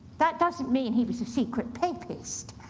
that doesn't mean he was a secret papist,